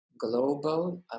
global